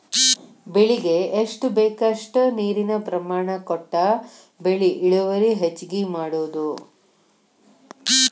ಬೆಳಿಗೆ ಎಷ್ಟ ಬೇಕಷ್ಟ ನೇರಿನ ಪ್ರಮಾಣ ಕೊಟ್ಟ ಬೆಳಿ ಇಳುವರಿ ಹೆಚ್ಚಗಿ ಮಾಡುದು